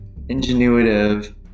ingenuitive